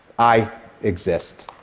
i exist.